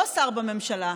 לא שר בממשלה,